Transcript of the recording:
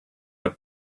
had